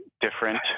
different